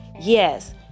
yes